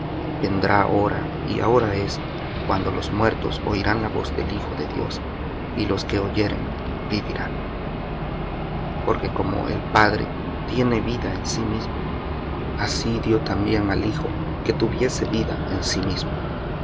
vendrá hora y ahora es cuando los muertos oirán la voz del hijo de dios y los que oyeren vivirán porque como el padre tiene vida en sí mismo así dió también al hijo que tuviese vida en sí mismo